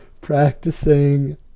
practicing